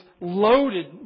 loaded